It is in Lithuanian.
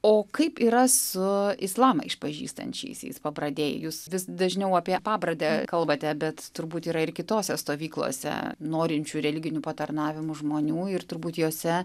o kaip yra su islamą išpažįstančiaisiais pabradėj jūs vis dažniau apie pabradę kalbate bet turbūt yra ir kitose stovyklose norinčių religinių patarnavimų žmonių ir turbūt jose